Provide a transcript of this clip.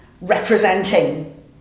representing